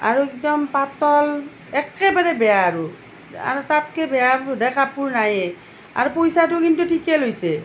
আৰু একদম পাতল একেবাৰে বেয়া আৰু আৰু তাতকৈ বেয়া বোধহয় কাপোৰ নাইয়ে আৰু পইচাটো কিন্তু ঠিকেই লৈছে